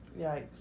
Yikes